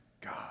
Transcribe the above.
God